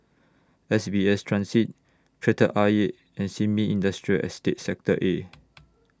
S B S Transit Kreta Ayer and Sin Ming Industrial Estate Sector A